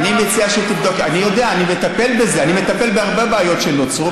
אני מטפל בזה, אני מטפל בהרבה בעיות שנוצרו.